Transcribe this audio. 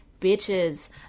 bitches